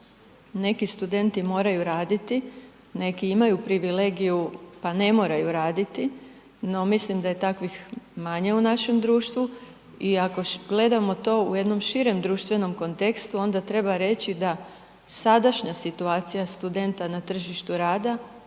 neki studenti moraju raditi, neki imaju privilegiju pa ne moraju raditi, no mislim da je takvih manje u našem društvu i ako gledamo to u jednom širem društvenom kontekstu onda treba reći da sadašnja situacija studenta na tržištu rada,